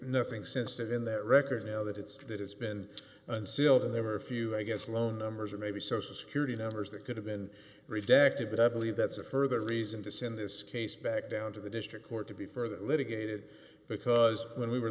nothing sensitive in that record you know that it's that has been unsealed and there were a few i guess low numbers or maybe social security numbers that could have been redacted but i believe that's a further reason to send this case back down to the district court to be further litigated because when we were